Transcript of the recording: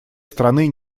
страны